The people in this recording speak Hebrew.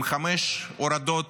עם חמש הורדות